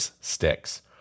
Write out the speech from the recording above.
sticks